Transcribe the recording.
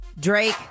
Drake